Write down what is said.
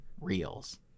reels